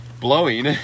blowing